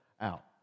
out